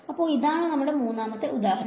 അപ്പൊ ഇതാണ് നമ്മുടെ മൂന്നാമത്തെ ഉദാഹരണം